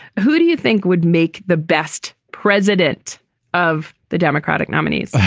who do you think would make the best president of the democratic nominees?